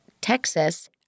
Texas